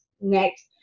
next